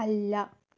അല്ല